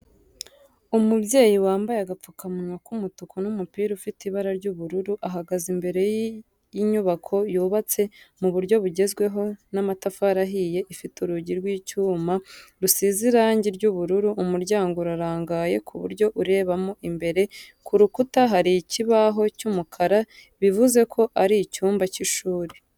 Umubyeyi wambaye agapfukamunwa k'umutuku n'umupira ufite ibara ry'ubururu ahagaze imbere y'inyubako yubatse mu buryo bugezweho n'amatafari ahiye ifite urugi rw'icyuma rusize irangi ry'ubururu, umuryango urarangaye ku buryo urebamo imbere, ku rukuta hari ikibaho cy'umukara bivuze ko ari mu cyumba cy'ishuri.